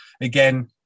again